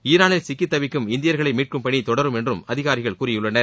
ஈரானில் சிக்கி தவிக்கும் இந்தியர்களை மீட்கும் பணி தொடரும் என்றும் அதிகாரிகள் கூறியுள்ளனர்